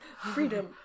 freedom